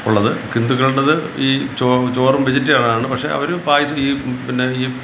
ഉള്ളത് ഹിന്ദുക്കളുടേത് ഈ ചോ ചോറും വെജിറ്റേറിയൻ ആണ് പക്ഷേ അവർ പായസം ഈ പിന്നെ ഈ